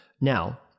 now